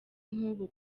nk’ubu